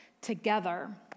together